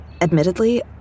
Admittedly